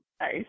Nice